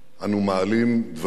אנו מעלים דברים